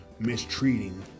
Mistreating